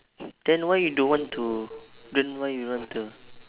then why you don't want to then why you don't want to